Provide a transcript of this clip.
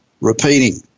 repeating